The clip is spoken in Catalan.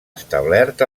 establert